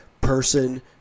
person